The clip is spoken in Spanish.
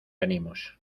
ánimos